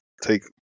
take